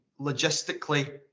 logistically